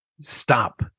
Stop